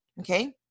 Okay